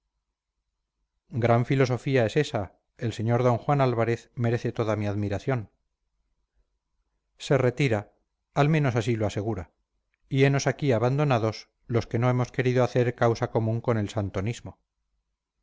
gran filosofía es esa el sr d juan álvarez merece toda mi admiración se retira al menos así lo asegura y henos aquí abandonados los que no hemos querido hacer causa común con el